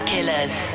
Killers